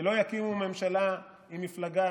שלא יקימו ממשלה עם מפלגת